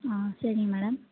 ஆ சரிங்க மேடம்